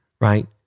right